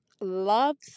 loves